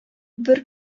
бер